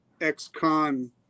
ex-con